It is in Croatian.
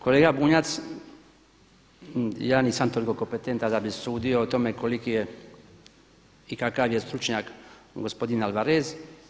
Kolega Bunjac, ja nisam toliko kompetentan da bi sudio o tome koliki je i kakav je stručnjak gospodin Alvarez.